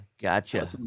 Gotcha